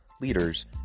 leaders